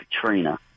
Katrina